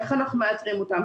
איך אנחנו מאתרים אותם?